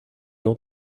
nom